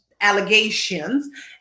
allegations